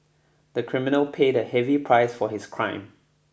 the criminal paid a heavy price for his crime